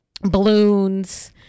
balloons